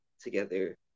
together